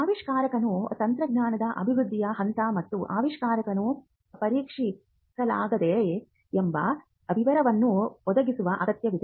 ಆವಿಷ್ಕಾರಕರು ತಂತ್ರಜ್ಞಾನದ ಅಭಿವೃದ್ಧಿಯ ಹಂತ ಮತ್ತು ಆವಿಷ್ಕಾರವನ್ನು ಪರೀಕ್ಷಿಸಲಾಗಿದೆಯೆ ಎಂಬ ವಿವರಗಳನ್ನು ಒದಗಿಸುವ ಅಗತ್ಯವಿದೆ